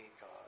God